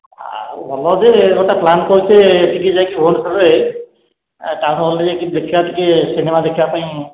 ଆଉ ଭଲ ଯେ ଗୋଟେ ପ୍ଲାନ୍ କରିଛି ଟିକେ ଯାଇକି ଭୁବନେଶ୍ୱରରେ ଟାଉନ୍ ହଲ୍ରେ ଯାଇକି ଦେଖିବା ଟିକେ ସିନେମା ଦେଖିବାପାଇଁ